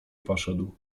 poszedł